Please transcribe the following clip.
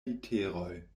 literoj